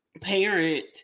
parent